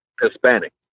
Hispanic